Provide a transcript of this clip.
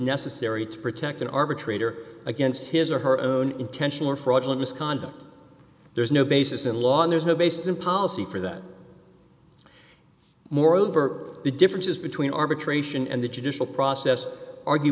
necessary to protect an arbitrator against his or her own intentional or fraudulent misconduct there is no basis in law and there's no basis in policy for that moreover the differences between arbitration and the judicial process argue